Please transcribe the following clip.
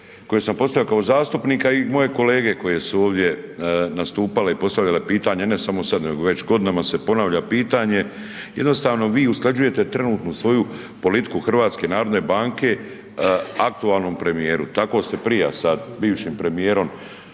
koje sam postavio kao zastupnik i moje kolege koje su ovdje nastupale i postavljale pitanja ne samo sada, nego već godinama se ponavlja pitanje. Jednostavno vi usklađujete trenutnu svoju politike Hrvatske narodne banke aktualnom premijeru. Tako ste prije, a sada s bivšim premijerom